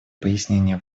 пояснения